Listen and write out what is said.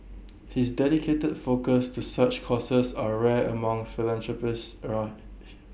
his dedicated focus to such causes are rare among philanthropists aright